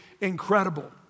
incredible